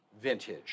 vintage